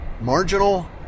marginal